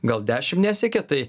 gal dešim nesiekia tai